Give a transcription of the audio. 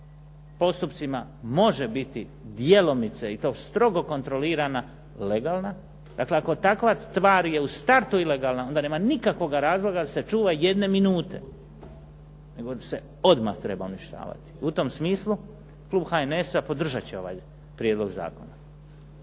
postupcima može biti djelomice i to strogo kontrolirana legalna. Dakle ako takva stvar je u startu ilegalna, onda nema nikakvoga razloga da se čuva jedne minute, nego se odmah treba uništavati. U tom smislu, klub HSN-a podržati će ovaj prijedlog zakona.